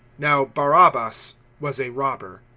now barabbas was a robber.